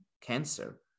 cancer